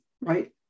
right